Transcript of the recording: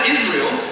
Israel